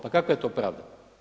Pa kakva je to pravda?